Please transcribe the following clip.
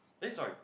eh sorry